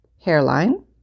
hairline